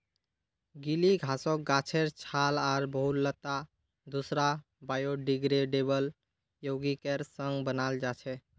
गीली घासक गाछेर छाल आर बहुतला दूसरा बायोडिग्रेडेबल यौगिकेर संग बनाल जा छेक